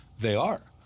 they are.